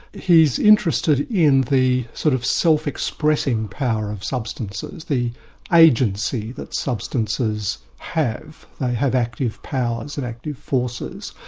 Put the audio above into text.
he's interested in the sort of self-expressing power of substances, the agency that substances have they have active powers and active forces.